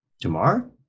tomorrow